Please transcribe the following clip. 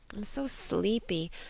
i'm so sleepy.